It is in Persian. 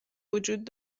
وجود